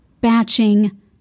batching